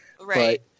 Right